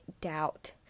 doubt